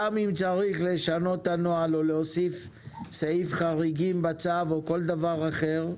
גם אם צריך לשנות את הנוהל או להוסיף סעיף חריגים בצו או כל דבר אחר,